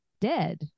dead